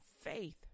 Faith